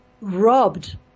robbed